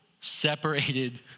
separated